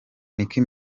nicki